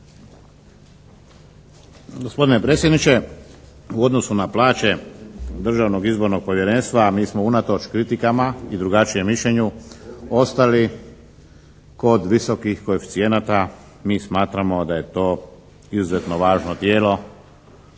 Gospodine predsjedniče, u odnosu na plaće Državnog izbornog povjerenstva mi smo unatoč kritikama i drugačijem mišljenju ostali kod visokih koeficijenata, mi smatramo da je to izuzetno važno tijelo.